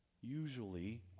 Usually